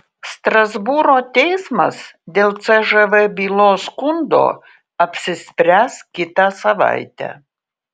strasbūro teismas dėl cžv bylos skundo apsispręs kitą savaitę